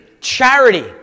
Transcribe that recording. Charity